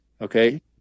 Okay